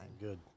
Good